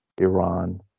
Iran